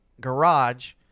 garage